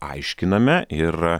aiškiname ir